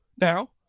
now